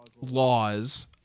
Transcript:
laws